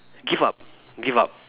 give up give up